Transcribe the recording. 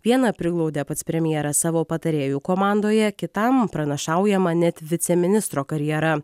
vieną priglaudė pats premjeras savo patarėjų komandoje kitam pranašaujama net viceministro karjera